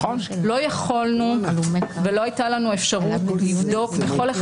לא יכולנו ולא הייתה לנו אפשרות לבדוק בכל אחד